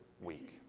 week